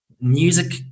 music